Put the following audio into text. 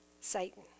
Satan